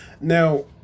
Now